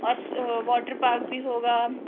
اور water park بھی ہوگا